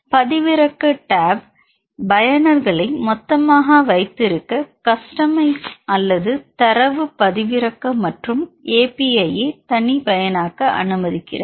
பதிவிறக்க டேப் பயனர்களை மொத்தமாக வைத்திருக்க கஸ்டோமைஸ் அல்லது தரவு பதிவிறக்க மற்றும் API ஐ தனிப்பயனாக்க அனுமதிக்கிறது